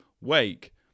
wake